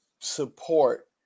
support